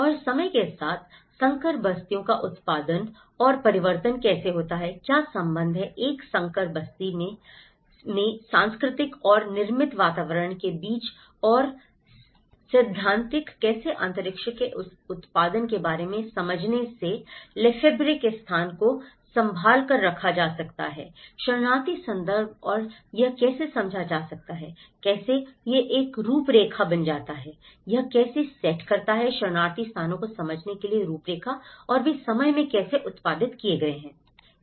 और समय के साथ संकर बस्तियों का उत्पादन और परिवर्तन कैसे होता है क्या संबंध है एक संकर बस्ती में सांस्कृतिक और निर्मित वातावरण के बीच और सैद्धांतिक कैसे अंतरिक्ष के इस उत्पादन के बारे में समझने से लेफ़ेब्रे के स्थान को संभालकर रखा जा सकता है शरणार्थी संदर्भ और यह कैसे समझा जा सकता है कैसे यह एक रूपरेखा बन जाता है यह कैसे सेट करता है शरणार्थी स्थानों को समझने के लिए रूपरेखा और वे समय में कैसे उत्पादित किए गए हैं